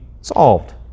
solved